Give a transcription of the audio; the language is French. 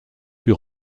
fut